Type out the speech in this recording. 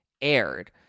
aired